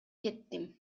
кеттим